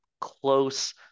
close